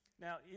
Now